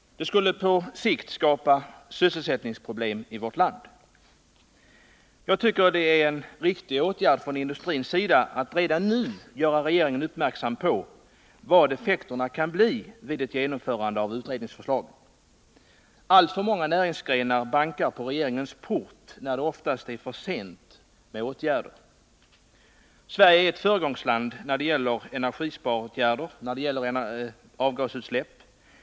Det skulle också på sikt skapa sysselsättningsproblem i vårt land. Det är en riktig åtgärd från bilindustrins sida att redan nu göra regeringen uppmärksam på vilka effekter som kan uppstå vid ett genomförande av utredningsförslagen. Alltför många representanter från andra näringsgrenar bankar på regeringens port när det är för sent för åtgärder. Sverige är ett föregångsland när det gäller energisparåtgärder och rening av avgasutsläpp.